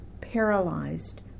paralyzed